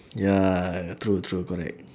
ya true true correct